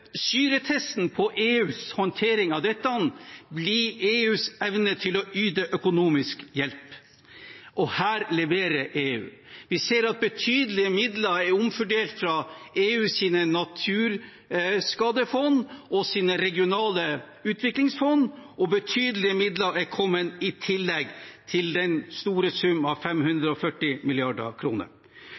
Syretesten på EUs håndtering av dette blir EUs evne til å yte økonomisk hjelp, og her leverer EU. Vi ser at betydelige midler er omfordelt fra EUs naturskadefond og regionale utviklingsfond, og betydelige midler er kommet i tillegg, til den store sum av 540